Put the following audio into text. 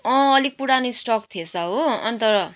अलिक पुरानो स्टक थिएछ हो अन्त